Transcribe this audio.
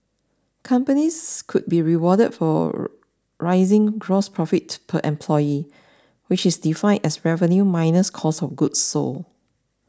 companies could be rewarded for rising gross profit per employee which is defined as revenue minus cost of goods sold